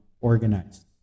organized